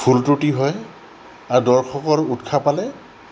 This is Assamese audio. ভুল ত্ৰুটি হয় আৰু দৰ্শকৰ উৎসাহ পালে